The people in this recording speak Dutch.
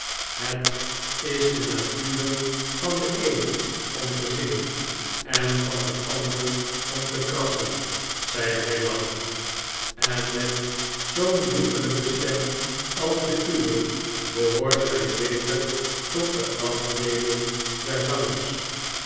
het is de natuur van den een om te zingen en van den ander om tekrassen zeide hij lachend en met zoo'n lieflijke stem als de uwe behoort gij zeker tot de afdeeling der zangers